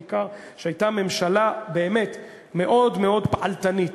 בעיקר הייתה ממשלה באמת מאוד מאוד פעלתנית.